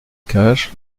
cage